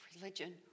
religion